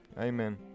Amen